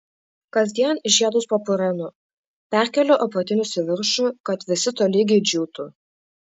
kasdien žiedus papurenu perkeliu apatinius į viršų kad visi tolygiai džiūtų